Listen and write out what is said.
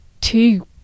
two